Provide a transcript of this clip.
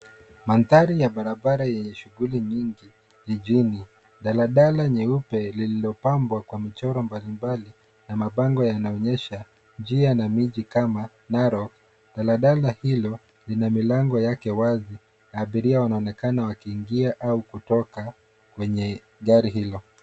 Mandhari ya barabara yenye shungli nyingi jijini. Daladala nyeupe lililopambwa Kwa michoro mbalimbali na mabango yanaonyesha njia na miji kama Narok. Daladala hilo lina milango yake wazi na abiria wanaonekana wakiingia au kutoka kwenye gari hilo.